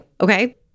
Okay